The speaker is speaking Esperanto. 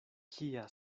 kia